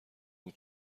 بود